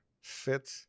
fit